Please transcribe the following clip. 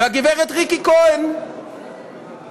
והגברת ריקי כהן התאהבה,